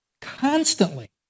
Constantly